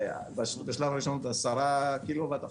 בשלב ראשון, עד עשרה קילו וואט.